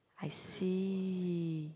I see